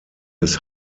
his